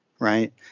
right